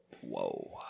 Whoa